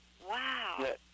Wow